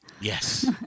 Yes